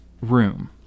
room